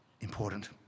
important